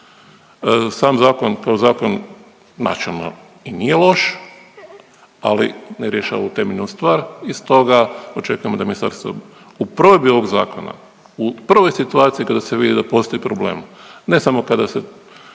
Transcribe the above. Sam zakon kao zakon načelno i nije loš, ali ne rješava temeljnu stvar i stoga očekujemo da ministarstvo u provedbi ovog zakona, u prvoj situaciji kada se vidi da postoji problem. Ne samo kada se